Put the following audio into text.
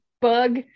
bug